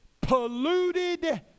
polluted